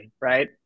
right